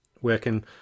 working